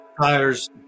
tires